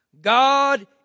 God